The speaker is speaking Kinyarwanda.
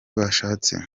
bashatse